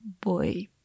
boy